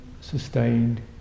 sustained